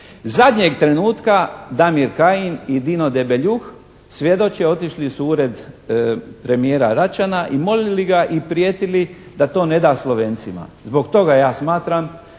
Zadnjeg trenutka Damir Kajin i Dino Debeljuh, svjedoče, otišli su u Ured premijera Račana i molili ga i prijetili da to neda Slovencima. Zbog toga ja smatram